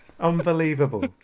unbelievable